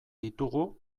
ditugu